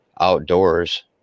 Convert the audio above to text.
outdoors